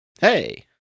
hey